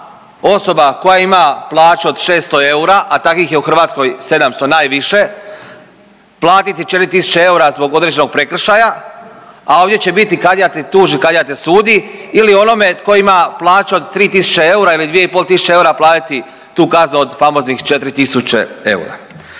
osoba koja ima plaću od 600 eura, a u takvih je u Hrvatskoj 700 najviše platiti 4.000 eura zbog određenog prekršaja, a ovdje će biti kadija te tuži, kadija te sudi ili onome tko ima plaću od 3.000 eura ili 2.500 eura platiti tu kaznu od famoznih 4.000 eura.